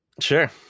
Sure